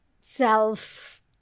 self